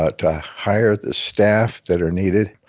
ah to hire the staff that are needed.